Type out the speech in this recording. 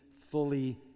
fully